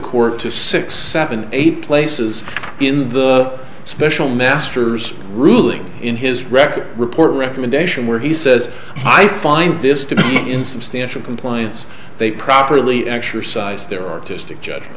court to six seven eight places in the special masters ruling in his record report recommendation where he says i find this to be in substantial compliance they properly exercised their artistic j